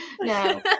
No